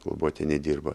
globoti nedirba